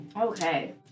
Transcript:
Okay